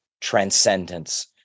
transcendence